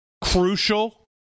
crucial